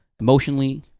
emotionally